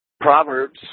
Proverbs